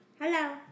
Hello